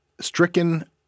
stricken